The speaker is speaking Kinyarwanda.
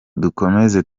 dukomeze